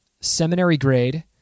seminary-grade